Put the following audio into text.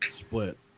split